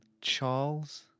Charles